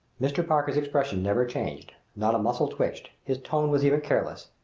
mr. parker's expression never changed. not a muscle twitched. his tone was even careless.